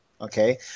Okay